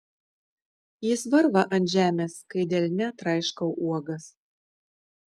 jis varva ant žemės kai delne traiškau uogas